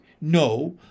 No